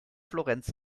florenz